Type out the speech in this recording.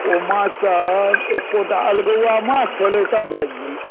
ओ माछसभ एकोटा अलगौआ माछ छलै सभ भागि गेलै